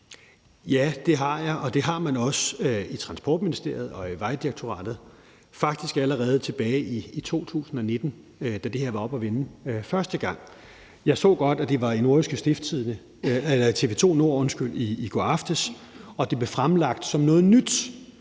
Ja, det har jeg, og det har man også i Transportministeriet og i Vejdirektoratet – faktisk allerede tilbage i 2019, da det her var oppe at vende første gang. Jeg så godt, at det var i TV 2 Nord i går aftes, og det blev fremlagt som noget nyt,